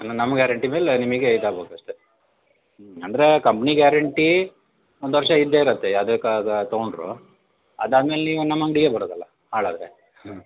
ಅಂದ್ರೆ ನಮ್ಮ ಗ್ಯಾರಂಟಿ ಮೇಲೆ ನಿಮಗೆ ಇದಾಗಬೇಕಷ್ಟೇ ಹ್ಞೂ ಅಂದರೆ ಕಂಪ್ನಿ ಗ್ಯಾರಂಟಿ ಒಂದು ವರ್ಷ ಇದ್ದೇ ಇರುತ್ತೆ ಯಾವುದೇ ಕ ತೊಗೊಂಡರು ಅದಾದ್ಮೇಲೆ ನೀವು ನಮ್ಮ ಅಂಗಡಿಗೆ ಬರೋದಲ್ಲ ಹಾಳಾದರೆ ಹ್ಞೂ